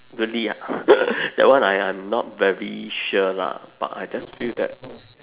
really ah that one I I'm not very sure lah but I just feel that